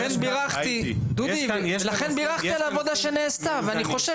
לכן בירכתי על העבודה שנעשתה ואני חושב